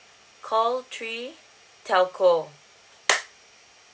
call three telco